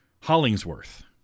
Hollingsworth